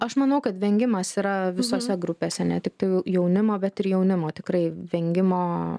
aš manau kad vengimas yra visose grupėse ne tik jaunimo bet ir jaunimo tikrai vengimo